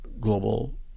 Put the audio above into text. global